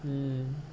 mm